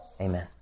Amen